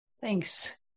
Thanks